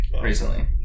recently